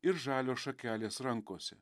ir žalios šakelės rankose